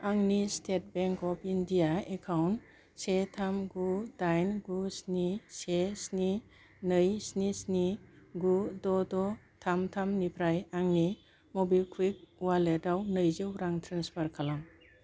आंनि state bank of of India account से थाम गु डाइन गु स्नि से स्नि नै स्नि स्नि गु द' द' थाम थाम निफ्राय आंनि मबिकुइक वालेटाव नैजौ रां ट्रेन्सफार खालाम